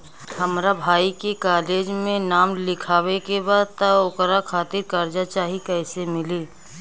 हमरा भाई के कॉलेज मे नाम लिखावे के बा त ओकरा खातिर कर्जा चाही कैसे मिली?